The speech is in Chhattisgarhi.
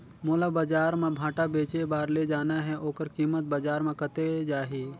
मोला बजार मां भांटा बेचे बार ले जाना हे ओकर कीमत बजार मां कतेक जाही?